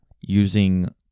using